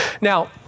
Now